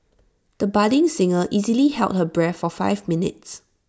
the budding singer easily held her breath for five minutes